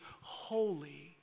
holy